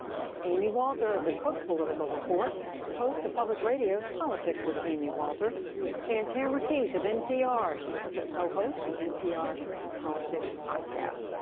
that's amy walter of the cook political report and host of public radio's politics with amy walter and tamara keith of npr. she also co-hosts the npr politics podcast.